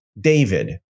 David